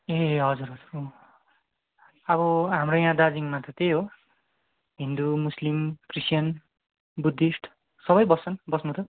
ए हजुर हजुर हो अब हाम्रो यहाँ दार्जिलिङमा त त्यही हो हिन्दू मुस्लिम क्रिस्चियन बुद्धिस्ट सबै बस्छन् बस्नु त